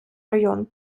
район